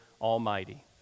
Almighty